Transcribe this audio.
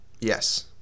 Yes